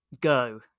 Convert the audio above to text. go